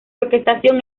orquestación